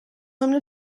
him